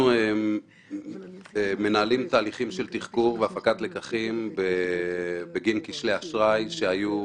אנחנו מנהלים תהליכים של תחקור והפקת לקחים בגין כשלי אשראי שהיו